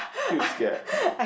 huge gap